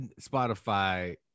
Spotify